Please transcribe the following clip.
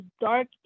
dark